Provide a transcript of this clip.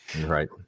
Right